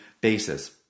basis